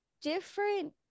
different